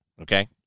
Okay